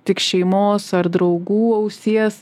tik šeimos ar draugų ausies